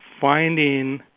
finding